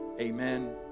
amen